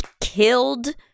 killed